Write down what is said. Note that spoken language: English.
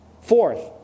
Fourth